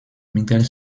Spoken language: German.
mittel